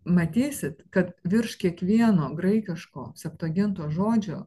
matysit kad virš kiekvieno graikiško septuagintos žodžio